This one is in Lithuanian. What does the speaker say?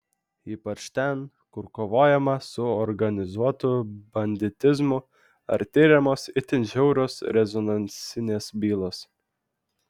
ypač ten kur kovojama su organizuotu banditizmu ar tiriamos itin žiaurios rezonansinės bylos